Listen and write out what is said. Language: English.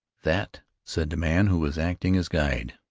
that, said the man who was acting as guide,